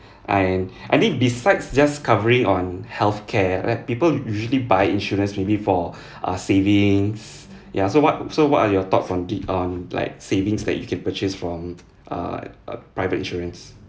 and I mean besides just covering on health care like people usually buy insurance maybe for uh savings ya so what so what are your thoughts on thi~ on like savings that you can purchase from uh uh private insurance